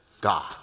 God